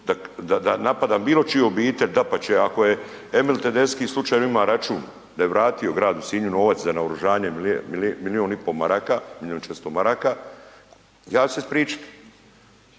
da napadam bilo čiju obitelj, dapače ako je Emil Tedeschi slučajno ima račun da je vratio gradu Sinju novac za naoružanju milijun i pol maraka, milijun i 400 maraka, ja ću se ispričat.